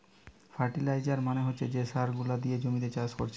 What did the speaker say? fertiliser মানে হচ্ছে যে সার গুলা দিয়ে জমিতে চাষ কোরছে